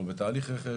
אנחנו בתהליך רכש,